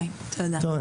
אני